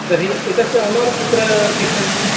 तर्हि एतस्य ओनर् कुत्र तिष्ठन्ति